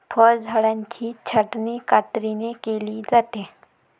फळझाडांची छाटणी कात्रीने केली जाते